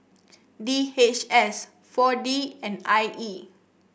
D H S four D and I E